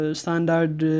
standard